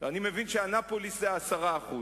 אני מבין שאנאפוליס זה ה-10%.